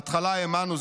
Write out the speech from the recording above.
בהתחלה האמנו.